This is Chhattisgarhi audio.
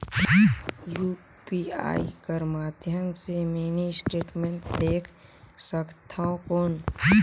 यू.पी.आई कर माध्यम से मिनी स्टेटमेंट देख सकथव कौन?